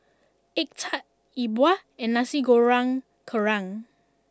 Egg Tart Yi Bua And Nasi Goreng Kerang